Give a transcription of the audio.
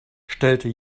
stellte